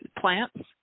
plants